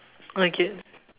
okay